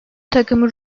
takımı